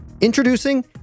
Introducing